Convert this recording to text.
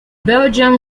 belgian